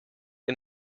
and